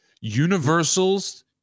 Universal's